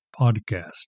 podcast